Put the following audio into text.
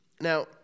Now